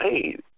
hey